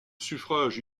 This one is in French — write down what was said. suffrage